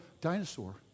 dinosaur